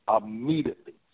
immediately